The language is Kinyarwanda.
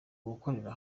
gukorera